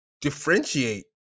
differentiate